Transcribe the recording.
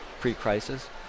pre-crisis